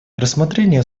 рассмотрение